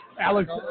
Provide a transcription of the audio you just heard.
Alex